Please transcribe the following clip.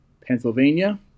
pennsylvania